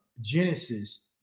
Genesis